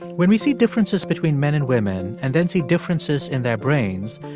when we see differences between men and women and then see differences in their brains,